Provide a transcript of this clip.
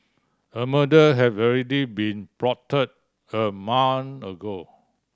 a murder had already been plotted a month ago